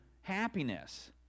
happiness